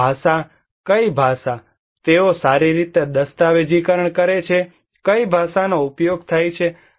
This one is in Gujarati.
અને ભાષા કઈ ભાષા તેઓ સારી રીતે દસ્તાવેજીકરણ કરે છે કઈ ભાષાનો ઉપયોગ થાય છે